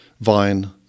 vine